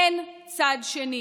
אין צד שני